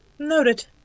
Noted